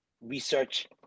research